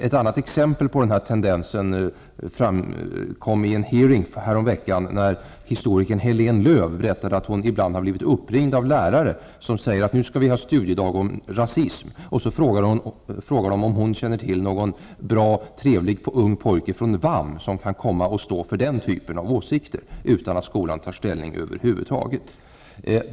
Ett annat exempel på dessa tendenser fick vi vid en utfrågning härom veckan då historikern Helene Lööw berättade att hon ibland blivit uppringd av lärare som säger att de skall ha en studiedag i skolan om rasism. Så frå gar de om hon känner till någon bra, trevlig ung pojke från VAM som kan komma och stå för den typen av åsikter, utan att skolan tar ställning över huvud taget.